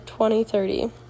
2030